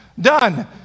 done